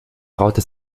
traute